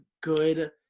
good